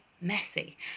messy